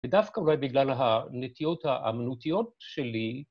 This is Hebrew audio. ודווקא אולי בגלל הנטיות האמנותיות שלי